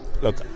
Look